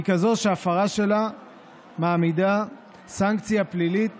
היא כזו שהפרה שלה מעמידה סנקציה פלילית